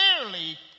clearly